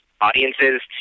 audiences